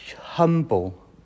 humble